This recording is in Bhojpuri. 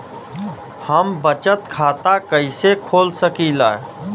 हम बचत खाता कईसे खोल सकिला?